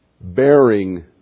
Bearing